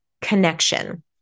connection